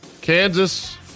Kansas